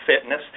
fitness